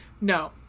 no